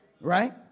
Right